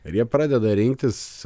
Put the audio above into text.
ir jie pradeda rinktis